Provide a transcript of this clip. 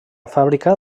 fàbrica